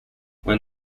when